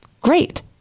great